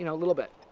you know little bit.